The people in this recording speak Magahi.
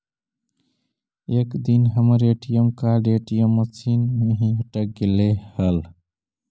एक दिन हमर ए.टी.एम कार्ड ए.टी.एम मशीन में ही अटक गेले हल